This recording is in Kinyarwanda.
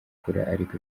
ariko